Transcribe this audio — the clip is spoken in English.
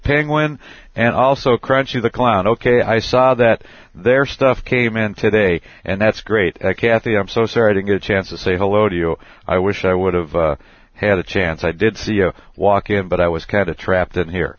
penguin and also crunchy the clown ok i saw that their stuff came in today and that's great kathy i'm so sorry to get a chance to say hello to you i wish i would have had a chance i did see you walking but i was kind of trapped in here